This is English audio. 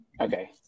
Okay